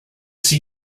see